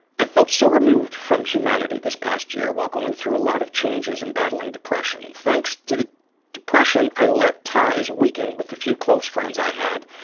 i felt so removed from humanity this past year while going through a lot of changes and battling depression. thanks to the depression, i let ties weaken with a few close friends i had,